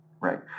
right